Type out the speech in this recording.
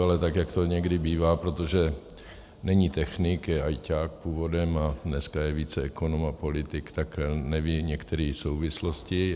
Ale tak jak to někdy bývá, protože není technik, je ajťák původem a dneska je více ekonom a politik, tak neví některé souvislosti.